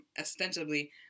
ostensibly